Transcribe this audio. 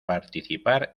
participar